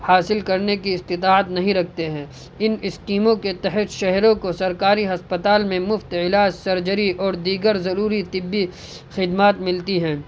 حاصل کرنے کی استطاعت نہیں رکھتے ہیں ان اسکیموں کے تحت شہروں کو سرکاری ہسپتال میں مفت علاج سرجری اور دیگر ضروری طبی خدمات ملتی ہیں